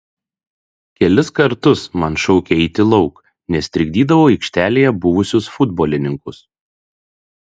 kelis kartus man šaukė eiti lauk nes trikdydavau aikštelėje buvusius futbolininkus